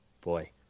boy